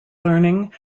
learning